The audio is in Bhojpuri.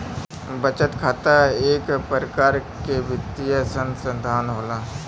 बचत खाता इक परकार के वित्तीय सनसथान होला